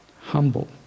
humble